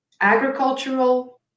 agricultural